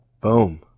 Boom